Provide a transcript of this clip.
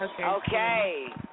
Okay